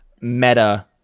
meta